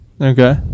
Okay